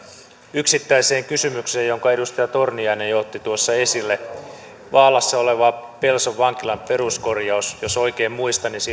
yksittäiseen kysymykseen jonka edustaja torniainen jo otti tuossa esille vaalassa olevan pelson vankilan peruskorjauksestahan jos oikein muistan